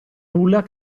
nulla